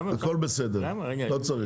הכול בסדר, לא צריך.